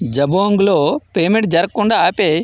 జబాంగ్లో payment జరగకుండా ఆపేయి